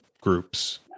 groups